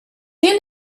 din